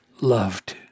loved